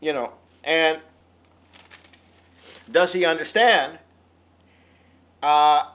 you know and does he understand